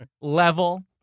level